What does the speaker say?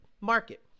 market